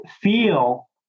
feel